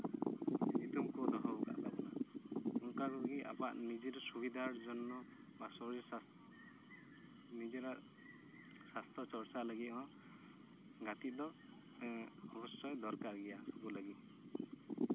ᱧᱩᱛᱩᱢ ᱠᱚ ᱫᱚᱦᱚ ᱟᱠᱟᱫ ᱛᱟᱵᱚᱱᱟ ᱚᱱᱠᱟᱜᱮ ᱟᱵᱚᱣᱟᱜ ᱱᱤᱡᱮᱨ ᱥᱩᱵᱤᱫᱷᱟᱨ ᱡᱚᱱᱱᱚ ᱵᱟ ᱥᱚᱨᱤᱨ ᱥᱟᱥᱛᱷᱚ ᱱᱤᱡᱮᱨᱟᱜ ᱥᱟᱥᱛᱷᱚ ᱪᱚᱨᱪᱟ ᱞᱟᱹᱜᱤᱫ ᱦᱚᱸ ᱜᱟᱛᱮᱜ ᱫᱚ ᱚᱵᱚᱥᱥᱳᱭ ᱫᱚᱨᱠᱟᱨ ᱜᱮᱭᱟ ᱟᱵᱳ ᱞᱟᱹᱜᱤᱫ